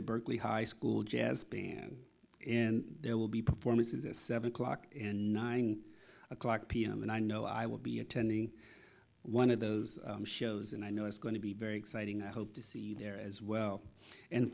the berkeley high school jazz band and there will be performances at seven o'clock and nine o'clock p m and i know i will be attending one of those shows and i know it's going to be very exciting i hope to see there as well and